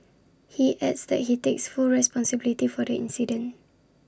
he adds that he takes full responsibility for the incident